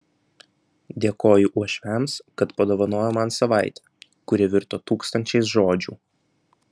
dėkoju uošviams kad padovanojo man savaitę kuri virto tūkstančiais žodžių